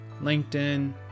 LinkedIn